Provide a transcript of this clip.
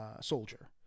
soldier